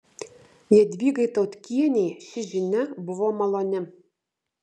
jadvygai tautkienei ši žinia buvo maloni